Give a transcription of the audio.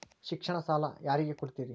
ಶಿಕ್ಷಣಕ್ಕ ಸಾಲ ಯಾರಿಗೆ ಕೊಡ್ತೇರಿ?